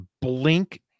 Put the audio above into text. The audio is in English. blink